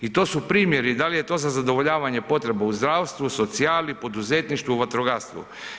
I to su primjeri, dal je to za zadovoljavanje potreba u zdravstvu, socijali, poduzetništvu, vatrogastvu.